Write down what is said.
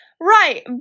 right